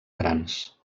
grans